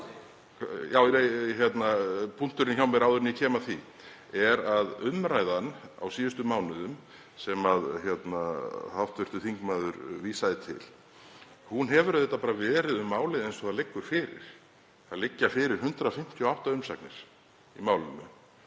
í.)Punkturinn hjá mér áður en ég kem að því er að umræðan á síðustu mánuðum sem hv. þingmaður vísaði til hefur auðvitað bara verið um málið eins og það liggur fyrir. Það liggja fyrir 158 umsagnir í málinu